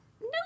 no